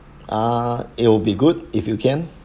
ah it'll be good if you can